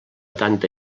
tanta